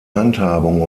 handhabung